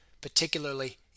particularly